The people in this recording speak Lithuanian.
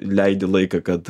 leidi laiką kad